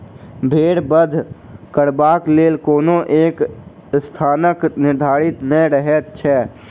भेंड़ बध करबाक लेल कोनो एक स्थानक निर्धारण नै रहैत छै